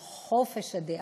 על חופש הדעה,